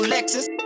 Lexus